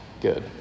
Good